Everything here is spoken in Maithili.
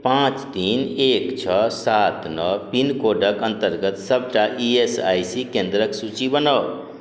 पाँच तीन एक छओ सात नओ पिनकोडके अन्तर्गत सबटा ई एस आइ सी केन्द्रके सूची बनाउ